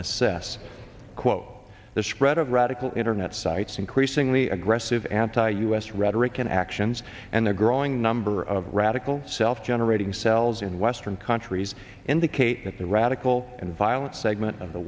assess quote the spread of radical internet sites increasingly aggressive anti u s rhetoric and actions and a growing number of radical self generating cells in western countries indicate that the radical and violent segment of the